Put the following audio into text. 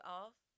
off